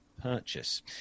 purchase